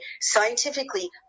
scientifically